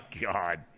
god